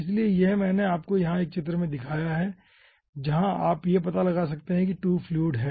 इसलिए यहां मैंने आपको एक चित्र दिखाया है जहां आप पता लगा सकते हैं कि 2 फ्लूइड हैं